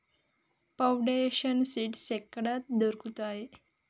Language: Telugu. ఫౌండేషన్ సీడ్స్ ఎక్కడ దొరుకుతాయి?